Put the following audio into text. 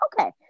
Okay